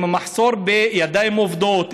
עם במחסור בידיים עובדות,